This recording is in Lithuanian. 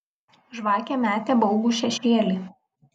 žvakė metė baugų šešėlį